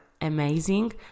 amazing